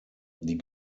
die